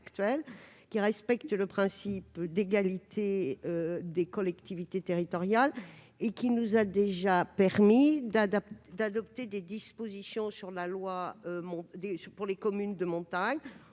qui respecte le principe d'égalité des collectivités territoriales ; qui nous a déjà permis d'adopter des dispositions pour certaines communes, dans